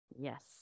Yes